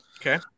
Okay